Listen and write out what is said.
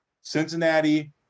Cincinnati